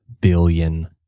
billion